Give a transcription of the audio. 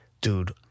dude